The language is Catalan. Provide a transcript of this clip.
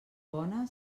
bona